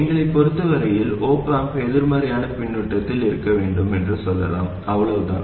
எங்களைப் பொறுத்த வரையில் op amp எதிர்மறையான பின்னூட்டத்தில் இருக்க வேண்டும் என்று சொல்லலாம் அவ்வளவுதான்